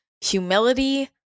humility